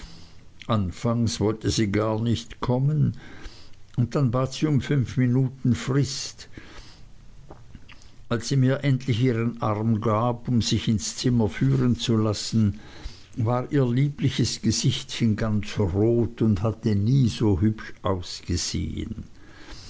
anfangs wollte sie gar nicht kommen und dann bat sie um fünf minuten frist als sie mir endlich ihren arm gab um sich ins zimmer führen zu lassen war ihr liebliches gesichtchen ganz rot und hatte nie so hübsch ausgesehen